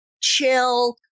chill